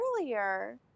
earlier